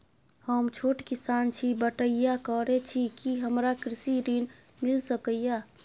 हम छोट किसान छी, बटईया करे छी कि हमरा कृषि ऋण मिल सके या?